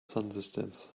sonnensystems